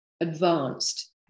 advanced